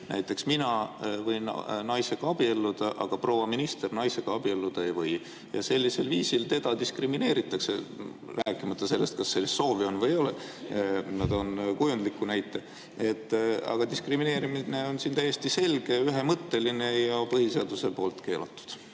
Näiteks mina võin naisega abielluda, aga proua minister naisega abielluda ei või ja sellisel viisil teda diskrimineeritakse. Ma ei räägi sellest, kas tal sellist soovi on või ei ole, ma toon kujundliku näite. Aga diskrimineerimine on siin täiesti selge, ühemõtteline ja põhiseaduse poolt keelatud.